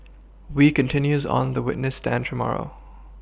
wee continues on the witness stand tomorrow